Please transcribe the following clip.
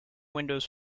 windows